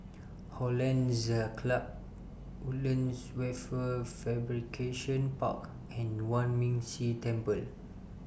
Hollandse Club Woodlands Wafer Fabrication Park and Yuan Ming Si Temple